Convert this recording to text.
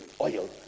oil